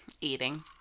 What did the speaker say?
Eating